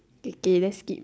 okay let's read